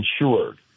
insured